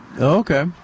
Okay